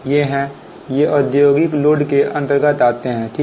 ये हैं ये औद्योगिक लोड के अंतर्गत आते हैं ठीक